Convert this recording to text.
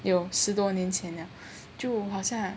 有十多年前了就好像